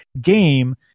game